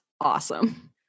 awesome